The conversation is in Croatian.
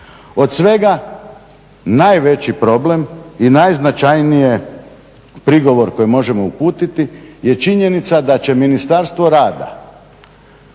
Od svega najveći problem i najznačajniji prigovor koji možemo uputiti je činjenica da će Ministarstvo rada